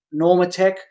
Normatech